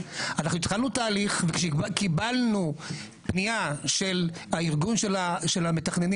אנחנו התחלנו תהליך וכשקיבלנו פנייה של הארגון של המתכננים